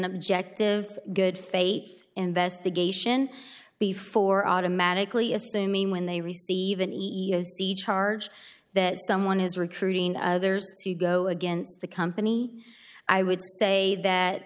objective good faith investigation before automatically assuming when they receive an ego see charge that someone is recruiting others to go against the company i would say